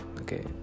okay